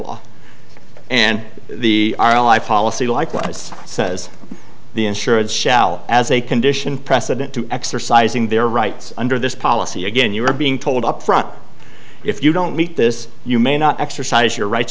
law and the our life policy likewise says the insured shall as a condition precedent to exercising their rights under this policy again you are being told upfront if you don't meet this you may not exercise your rights